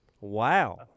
Wow